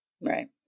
Right